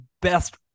best